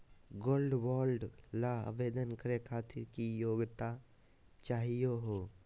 Gold bond ल आवेदन करे खातीर की योग्यता चाहियो हो?